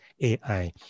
AI